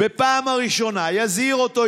בפעם הראשונה יזהיר אותו,